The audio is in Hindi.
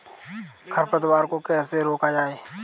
खरपतवार को कैसे रोका जाए?